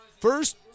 First